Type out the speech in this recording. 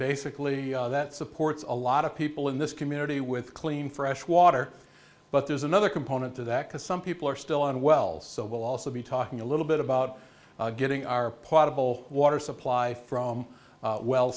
basically that supports a lot of people in this community with clean fresh water but there's another component to that because some people are still on wells so we'll also be talking a little bit about getting our whole water supply from well